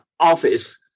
office